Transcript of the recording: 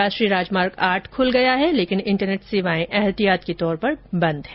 राष्ट्रीय राजमार्ग आठ खुल गया है लेकिन इंटरनेट सेवाएं ऐतिहात के तौर पर बंद हैं